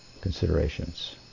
considerations